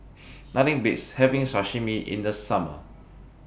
Nothing Beats having Sashimi in The Summer